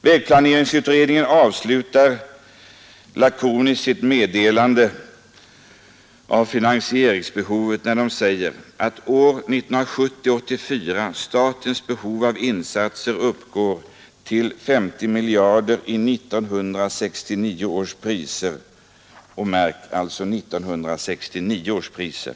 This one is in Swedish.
Vägplaneringsutredningen avslutar lakoniskt sitt meddelande om finansieringsbehovet när den säger att år 1970—1984 kommer insatser att behöva göras för 50 miljarder kronor i 1969 års priser.